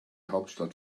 hauptstadt